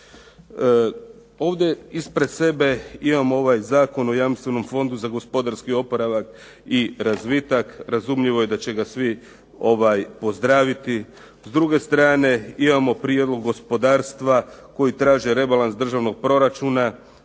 Ovdje ispred sebe imam ovaj zakon o jamstvenom fondu za gospodarski oporavak i razvitak. Razumljivo je da će ga svi pozdraviti. S druge strane imamo prijedlog gospodarstva koji traže rebalans državnog proračuna,